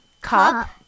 cup